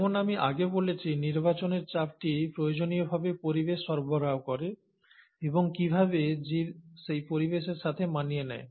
যেমন আমি আগে বলেছি নির্বাচনের চাপটি প্রয়োজনীয়ভাবে পরিবেশ সরবরাহ করে এবং কীভাবে জীব সেই পরিবেশের সাথে মানিয়ে নেয়